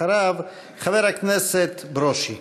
אחריו, חבר הכנסת ברושי.